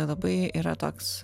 labai yra toks